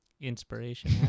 Inspiration